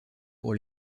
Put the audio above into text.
pour